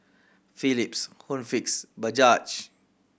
Philips Home Fix Bajaj